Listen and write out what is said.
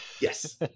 Yes